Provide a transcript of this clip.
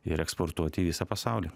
ir eksportuoti į visą pasaulį